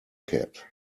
cat